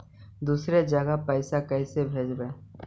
दुसरे जगह पैसा कैसे भेजबै?